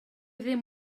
ddim